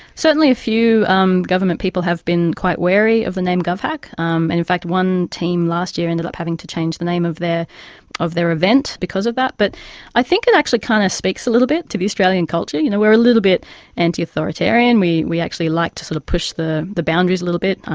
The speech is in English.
certainly a few um government people have been quite wary of the name govhack, um and in fact one team last year ended up having to change the name of their event because of that. but i think it actually kind of speaks a little bit to the australian culture. you know, we are a little bit anti-authoritarian, we we actually like to sort of push the the boundaries a little bit,